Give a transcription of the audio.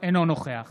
אינו נוכח